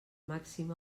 màxim